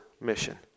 mission